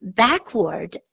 backward